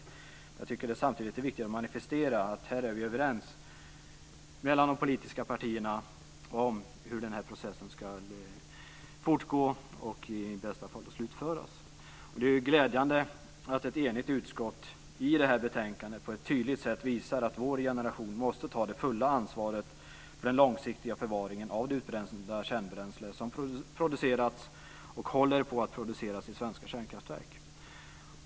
Samtidigt tycker jag att det är viktigt att manifestera att vi i de politiska partierna är överens om hur den politiska processen ska fortgå och i bästa fall slutföras. Det är glädjande att ett enigt utskott i betänkandet på ett tydligt sätt visar att vår generation måste ta det fulla ansvaret för den långsiktiga förvaringen av det utbrända kärnavfall som producerats och håller på att produceras vid svenska kärnkraftverk.